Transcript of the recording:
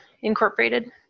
Incorporated